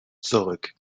zurück